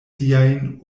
siajn